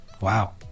Wow